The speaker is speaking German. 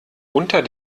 unter